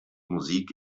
musik